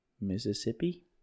Mississippi